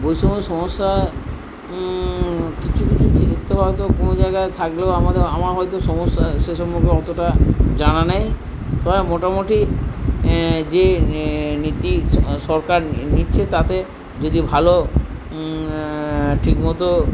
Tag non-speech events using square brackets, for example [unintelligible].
বৈষম্য সমস্যা কিছু কিছু ক্ষেত্রে হয়তো কোনো জায়গায় থাকলেও [unintelligible] আমার হয়তো সমস্যা সে সম্পর্কে অতটা জানা নেই তবে মোটামুটি যে নীতি সরকার নিচ্ছে তাতে যদি ভালো ঠিকমতো